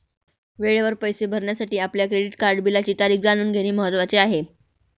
वेळेवर पैसे भरण्यासाठी आपल्या क्रेडिट कार्ड बिलाची तारीख जाणून घेणे महत्वाचे आहे